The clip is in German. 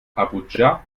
abuja